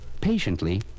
Patiently